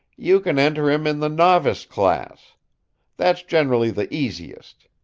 you can enter him in the novice class that's generally the easiest.